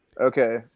Okay